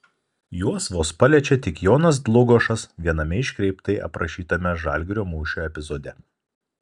juos vos paliečia tik jonas dlugošas viename iškreiptai aprašytame žalgirio mūšio epizode